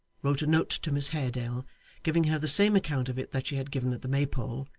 wrote a note to miss haredale giving her the same account of it that she had given at the maypole,